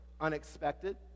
unexpected